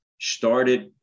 started